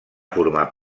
formar